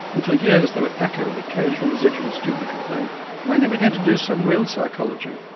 and for years there would echo the occasional, residual student complaint when are we going to do some real psychology?